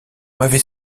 m’avez